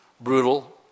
brutal